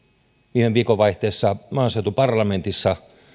viime viikonvaihteessa maaseutuparlamentissa